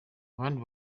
abandi